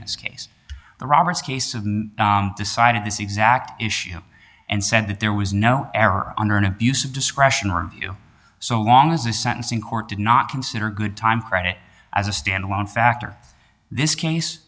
this case the roberts case of decided this exact issue and said that there was no error under an abuse of discretion review so long as the sentencing court did not consider good time credit as a standalone factor this case